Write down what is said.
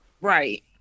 Right